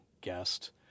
guest